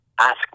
ask